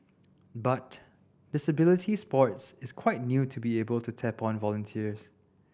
but disability sports is quite new to be able to tap on volunteers